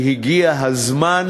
כי הגיע הזמן.